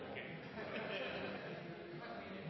i